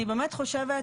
אני באמת חושבת,